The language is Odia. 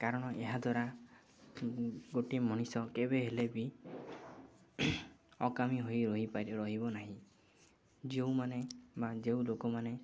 କାରଣ ଏହାଦ୍ୱାରା ଗୋଟିଏ ମଣିଷ କେବେ ହେଲେ ବି ଅକାମି ହୋଇ ରହିବ ନାହିଁ ଯେଉଁମାନେ ବା ଯେଉଁ ଲୋକମାନେ